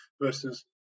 versus